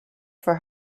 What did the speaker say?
for